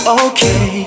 okay